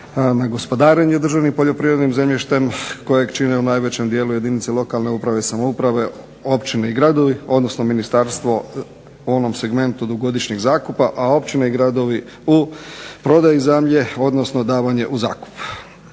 na gospodarenje državnim poljoprivrednim zemljištem kojeg čine u najvećem dijelu jedinice lokalne uprave i samouprave, općine i gradovi, odnosno ministarstvo u onom segmentu dugogodišnjeg zakupa, a općine i gradovi u prodaji zemlje odnosno davanje u zakup.